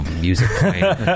music